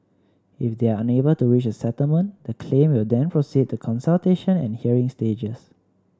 if they are unable to reach a settlement the claim will then proceed to consultation and hearing stages